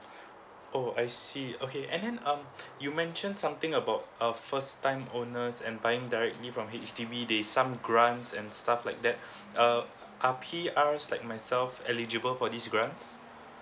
oh I see okay and then um you mentioned something about err first time owners and buying directly from H_D_B there are some grants and stuff like that uh are P_R like myself eligible for these grants